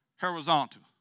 horizontal